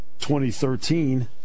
2013